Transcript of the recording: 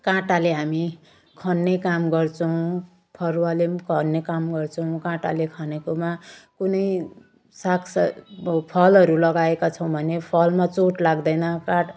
काँटाले हामी खन्ने काम गर्छौँ फरुवाले पनि खन्ने काम गर्छौँ काँटाले खनेकोमा कुनै साग स फलहरू लगाएका छौँ भने फलमा चोट लाग्दैन काट